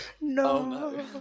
No